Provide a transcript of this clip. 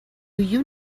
you